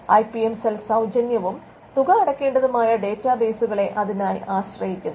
I P M cell സൌജന്യവും തുക അടയ് ക്കേണ്ടതുമായ ഡേറ്റാബേസുകളെ അതിനായി ആശ്രയിക്കുന്നു